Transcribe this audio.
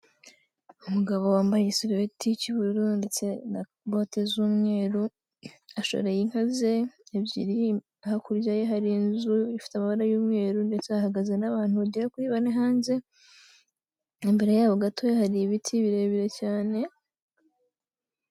Umugabo wambaye igisurubeti cy'ubururu ndetse na bote z'umweru ashoreye inka ze ebyiri, hakurya ye hari inzu ifite amabara y'umweru ndetse hahagaze n'abantu bagera kuri bane hanze, imbara yabo gato hari ibiti birebire cyane.